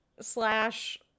slash